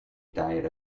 diet